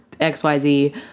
XYZ